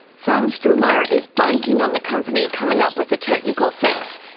sam strohmayer is banking on the company coming up with a technical fix,